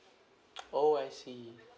oh I see